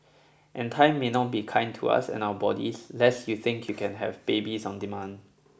and time may not be kind to us and our bodies lest you think you can have babies on demand